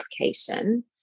application